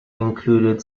included